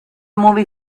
movie